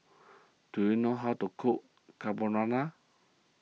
do you know how to cook Carbonara